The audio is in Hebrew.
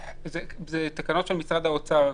אלה תקנות של משרד האוצר.